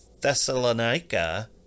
Thessalonica